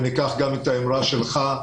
וניקח בחשבון גם את האמרה שלך,